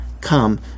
come